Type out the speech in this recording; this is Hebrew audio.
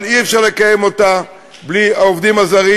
אבל אי-אפשר לקיים אותה בלי העובדים הזרים,